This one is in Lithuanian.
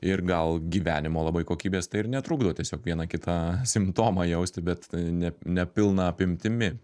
ir gal gyvenimo labai kokybės tai ir netrukdo tiesiog vieną kitą simptomą jausti bet ne ne pilna apimtimi